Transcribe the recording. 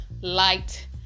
light